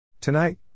Tonight